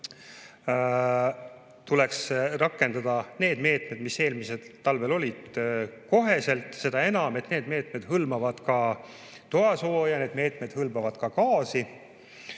tuleks need meetmed, mis eelmisel talvel olid, rakendada kohe. Seda enam, et need meetmed hõlmavad ka toasooja, need meetmed hõlmavad ka gaasi.